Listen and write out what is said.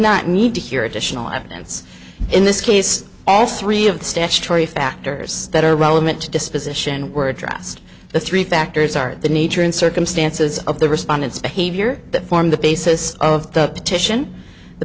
not need to hear additional evidence in this case all three of the statutory factors that are relevant to disposition were addressed the three factors are the nature and circumstances of the respondents behavior that formed the basis of the petition the